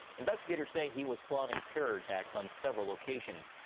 investigators say he was plotting terror attacks on several locations.